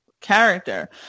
character